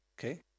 okay